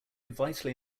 vitally